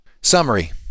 Summary